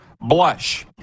blush